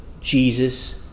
Jesus